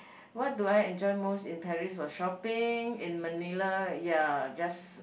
what do I enjoy most in Paris was shopping in Manila ya just